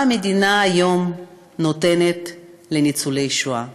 מה המדינה היום נותנת לניצולי השואה?